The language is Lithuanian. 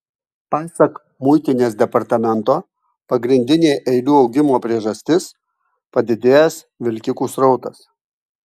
pasak muitinės departamento pagrindinė eilių augimo priežastis padidėjęs vilkikų srautas